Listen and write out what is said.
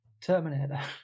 Terminator